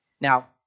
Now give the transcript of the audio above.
Now